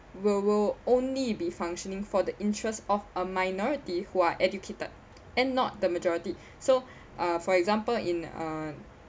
will will only be functioning for the interests of a minority who are educated and not the majority so uh for example in a